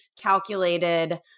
calculated